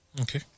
okay